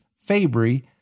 Fabry